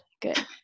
Good